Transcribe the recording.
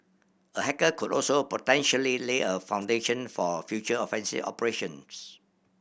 a hacker could also potentially lay a foundation for future offensive operations